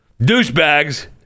douchebags